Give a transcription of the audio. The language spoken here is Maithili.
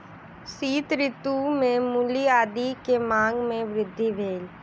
शीत ऋतू में मूली आदी के मांग में वृद्धि भेल